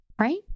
right